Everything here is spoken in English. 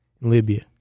Libya